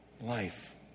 life